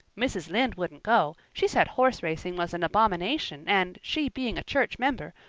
mrs. lynde wouldn't go she said horse racing was an abomination and, she being a church member,